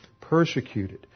persecuted